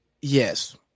Yes